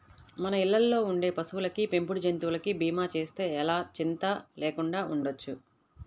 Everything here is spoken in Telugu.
మన ఇళ్ళల్లో ఉండే పశువులకి, పెంపుడు జంతువులకి భీమా చేస్తే ఎలా చింతా లేకుండా ఉండొచ్చు